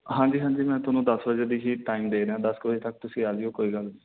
ਹਾਂਜੀ ਹਾਂਜੀ ਮੈਂ ਤੁਹਾਨੂੰ ਦਸ ਵਜੇ ਦੀ ਹੀ ਟਾਈਮ ਦੇ ਰਿਹਾ ਦਸ ਕੁ ਵਜੇ ਤੱਕ ਤੁਸੀਂ ਆ ਜਾਇਓ ਕੋਈ ਗੱਲ ਨਹੀਂ